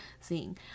seeing